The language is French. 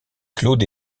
claude